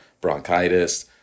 bronchitis